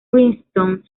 princeton